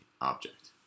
object